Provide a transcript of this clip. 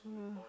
uh